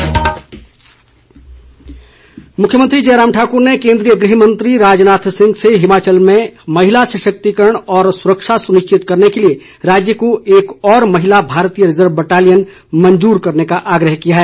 मुख्यमंत्री मुख्यमंत्री जयराम ठाकुर ने केंद्रीय गृह मंत्री राजनाथ सिंह से हिमाचल में महिला सशक्तिकरण और सुरक्षा सुनिश्चत करने के लिए राज्य को एक और महिला भारतीय रिजर्व बटालियन मंजूर करने का आग्रह किया है